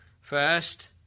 First